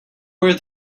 were